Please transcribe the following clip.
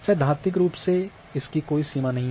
सैद्धांतिक रूप से इसकी कोई सीमा नहीं है